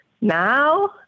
Now